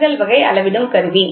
விலகல் வகை அளவிடும் கருவி